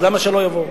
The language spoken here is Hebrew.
אז למה שלא יבואו?